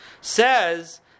says